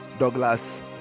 douglas